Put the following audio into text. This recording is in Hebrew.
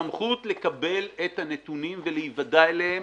הסמכות לקבל את הנתונים ולהיוודע אליהם.